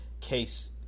case